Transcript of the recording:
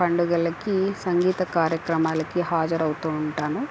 పండుగలకి సంగీత కార్యక్రమాలకి హాజరు అవుతూ ఉంటాను